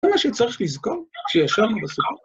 זה מה שצריך לזכור כשישבנו בסוף.